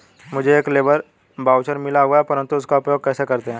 मुझे एक labour voucher मिला हुआ है परंतु उसका उपयोग कैसे करते हैं?